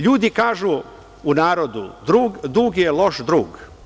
LJudi kažu u narodu – dug je loš drug.